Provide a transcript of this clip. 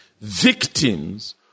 victims